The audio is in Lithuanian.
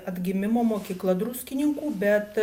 atgimimo mokykla druskininkų bet